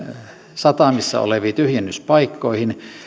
satamissa oleviin tyhjennyspaikkoihin